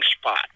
spot